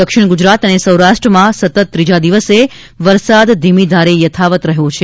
દક્ષિણ ગુજરાત અને સૌરાષ્ટ્રમાં સતત ત્રીજા દિવસે વરસાદ ધીમી ધારે યથાવત રહ્યો છે